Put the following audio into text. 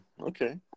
Okay